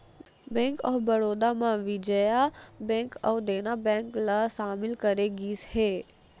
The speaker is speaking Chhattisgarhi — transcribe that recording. बेंक ऑफ बड़ौदा म विजया बेंक अउ देना बेंक ल सामिल करे गिस हे